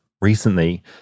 recently